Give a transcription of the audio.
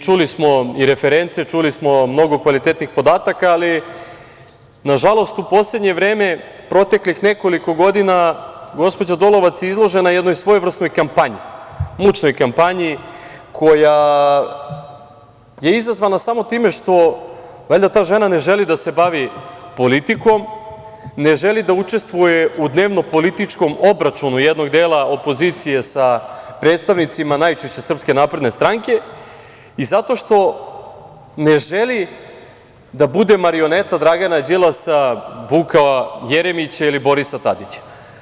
Čuli smo i reference, čuli smo mnogo kvalitetnih podataka, ali, nažalost, u poslednje vreme, proteklih nekoliko godina gospođa Dolovac je izložena jednoj svojevrsnoj kampanji, mučnoj kampanji, koja je izazvana samo time što valjda ta žena ne želi da se bavi politikom, ne želi da učestvuje u dnevno-političkom obračunu jednog dela opozicije sa predstavnicima najčešće Srpske napredne stranke i zato što ne želi da bude marioneta Dragana Đilasa, Vuka Jeremića ili Borisa Tadića.